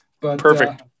Perfect